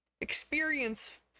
experience